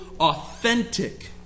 authentic